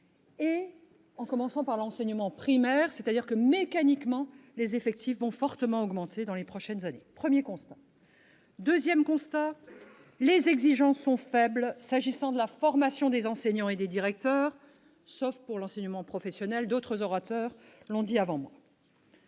-, en particulier dans l'enseignement primaire. Cela signifie que les effectifs vont mécaniquement augmenter dans les prochaines années. Deuxième constat : les exigences sont faibles s'agissant de la formation des enseignants et des directeurs, sauf pour l'enseignement professionnel- d'autres orateurs l'ont dit avant moi.